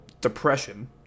Depression